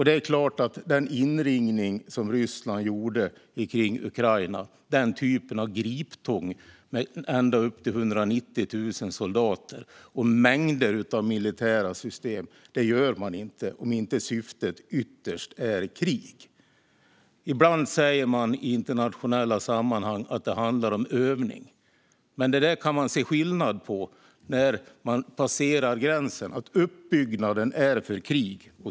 Det är klart att den inringning som Ryssland gjorde av Ukraina, den typen av griptång, med ända upp till 190 000 soldater och mängder av militära system, gör man inte om inte syftet ytterst är krig. Ibland säger man i internationella sammanhang att det handlar om övning. Men det går att se en skillnad när den gränsen passeras och uppbyggnaden är för krig.